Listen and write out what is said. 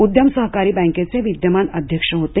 उद्द्यम सहकारी बँकेचे ते विद्यमान अध्यक्ष होते